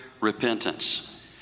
repentance